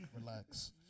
Relax